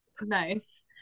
nice